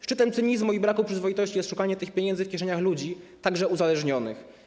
Szczytem cynizmu i braku przyzwoitości jest szukanie tych pieniędzy w kieszeniach ludzi, także uzależnionych.